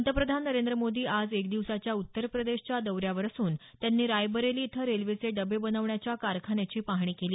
पंतप्रधान नरेंद्र मोदी आज एक दिवसाच्या उत्तर प्रदेशच्या दौऱ्यावर असून त्यांनी रायबरेली इथं रेल्वेचे डबे बनवण्याच्या कारखान्याची पाहणी केली